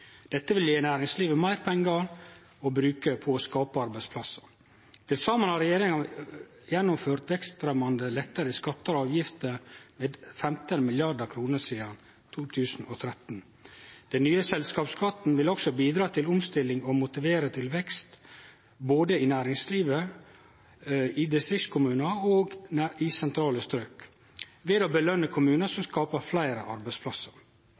Dette vil gje næringslivet meir pengar å bruke på å skape arbeidsplassar. Til saman har regjeringa gjennomført vekstfremjande letter i skattar og avgifter med 15 mrd. kr sidan 2013. Den nye selskapsskatten vil også bidra til omstilling og motivere til vekst, både i næringslivet, i distriktskommunar og sentrale strøk, ved å påskjøne kommunar som skaper fleire arbeidsplassar.